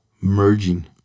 merging